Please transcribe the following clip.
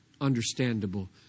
understandable